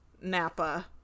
napa